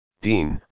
Dean